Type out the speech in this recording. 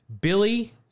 Billy